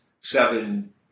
seven